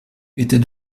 était